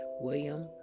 William